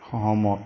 সহমত